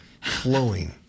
flowing